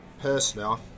personally